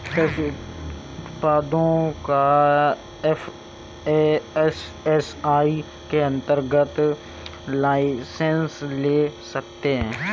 कृषि उत्पादों का एफ.ए.एस.एस.आई के अंतर्गत लाइसेंस ले सकते हैं